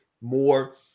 more